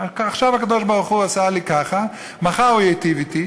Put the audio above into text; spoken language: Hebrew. עכשיו הקדוש-ברוך-עשה לי ככה, מחר הוא ייטיב אתי.